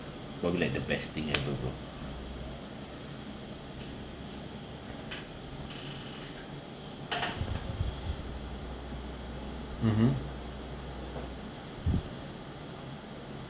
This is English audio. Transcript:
probably like the best thing ever bro mmhmm